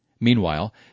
Meanwhile